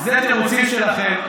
זה התירוצים שלכם.